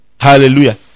Hallelujah